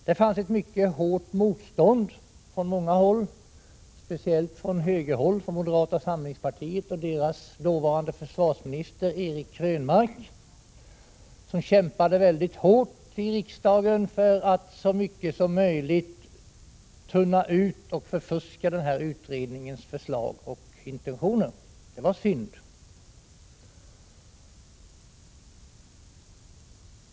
Det fanns mycket hårt motstånd från många håll, speciellt från högerhåll, från moderata samlingspartiet och dess dåvarande försvarsminister Eric Krönmark, som kämpade mycket hårt i riksdagen för att så mycket som möjligt tunna ut och förfuska utredningens förslag och intentioner. Det var synd.